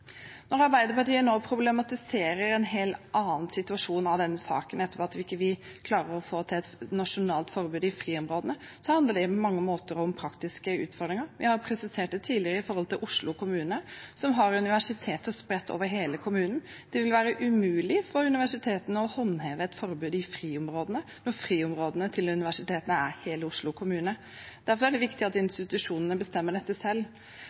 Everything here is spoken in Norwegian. Når Arbeiderpartiet nå problematiserer en helt annen del av denne saken, nemlig at vi ikke klarer å få til et nasjonalt forbud i friområdene, handler det på mange måter om praktiske utfordringer. Vi har presisert tidligere når det gjelder Oslo kommune, som har universiteter spredt over hele kommunen, at det vil være umulig for universitetene å håndheve et forbud i friområdene, når friområdene til universitetene er hele Oslo kommune. Derfor er det viktig at institusjonene bestemmer dette selv.